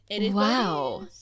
wow